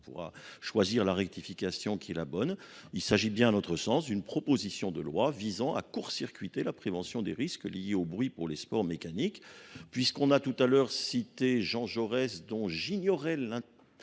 on pourra choisir la rectification qui est la bonne. Il s'agit bien en notre sens d'une proposition de loi visant à court-circuiter la prévention des risques liés au bruit pour les sports mécaniques, Puisqu'on a tout à l'heure cité Jean Jaurès dont j'ignorais la